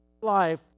life